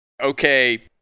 Okay